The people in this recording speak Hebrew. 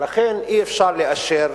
ולכן אי-אפשר לאשר